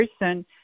person